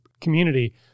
community